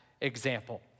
example